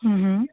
हम्म हम्म